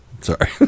Sorry